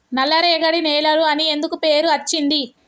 నల్లరేగడి నేలలు అని ఎందుకు పేరు అచ్చింది?